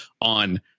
on